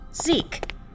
Zeke